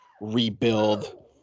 rebuild